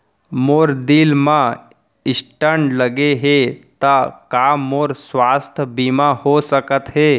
मोर दिल मा स्टन्ट लगे हे ता का मोर स्वास्थ बीमा हो सकत हे?